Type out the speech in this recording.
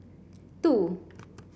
two